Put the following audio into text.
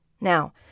Now